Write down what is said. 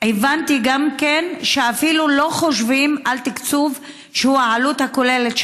הבנתי גם כן שאפילו לא חושבים על תקצוב שהוא העלות הכוללת,